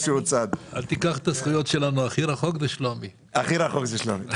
אל תיקח את הזכויות שלנו, הכי רחוק זה שלומי.